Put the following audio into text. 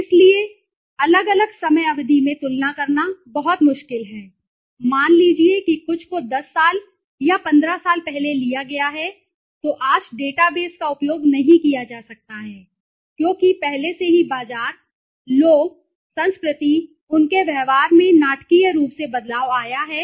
इसलिए और अलग अलग समय अवधि में तुलना करना बहुत मुश्किल है मान लीजिए कि कुछ को 10 साल या 15 साल पहले लिया गया है तो आज डेटा बेस का उपयोग नहीं किया जा सकता है क्योंकि पहले से ही बाजार लोग संस्कृति उनके व्यवहार में नाटकीय रूप से बदलाव आया है